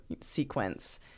sequence